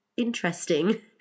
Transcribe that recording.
interesting